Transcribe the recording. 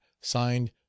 Signed